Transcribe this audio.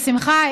בשמחה.